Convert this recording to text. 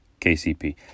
KCP